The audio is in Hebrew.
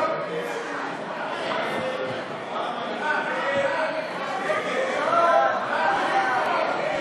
הצעת ועדת הכנסת בדבר העברת הצעת חוק התוכנית